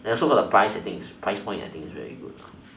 and also the price price point is really good